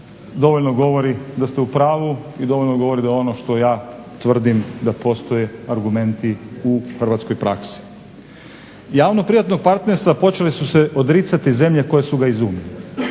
dovoljno govori da ste u pravu i dovoljno govori da ono što ja tvrdim da postoje argumenti u hrvatskoj praksi. Javno privatnog partnerstva počeli su se odricati zemlje koje su ga izumile.